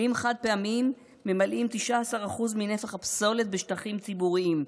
כלים חד-פעמיים ממלאים 19% מנפח הפסולת בשטחים ציבוריים.